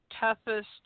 toughest